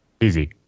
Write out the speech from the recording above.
Easy